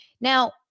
Now